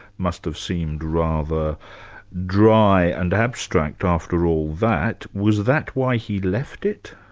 must have seemed rather dry and abstract after all that. was that why he left it?